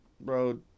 bro